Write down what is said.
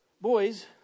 Boys